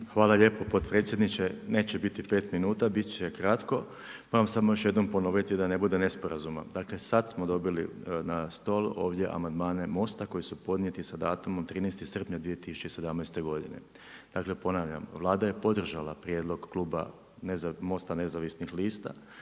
Hvala lijepo potpredsjedniče. Neće biti pet minuta, bit će kratko. Moram samo još jednom ponoviti da ne bude nesporazuma. Dakle sada smo dobili na stol amandmane Most-a koji su podnijeti sa datumom 13. srpnja 2017. dakle ponavljam, Vlada je podržala prijedlog kluba Most-a nezavisnih lista